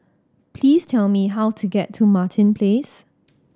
please tell me how to get to Martin Place